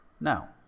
now